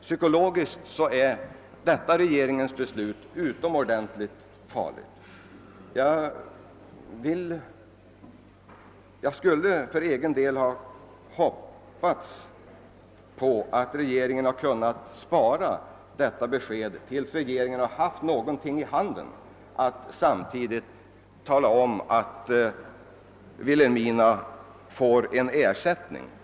Psykologiskt är detta regeringens beslut utomordentligt farligt. Jag skulle för egen del ha förordat att regeringen om beslutet var .oundvikligt kunnat spara detta besked till dess att den haft något annat att erbjuda, så att regeringen konkret samtidigt kunnat tala om att Vilhelmina får en ersättningsindustri.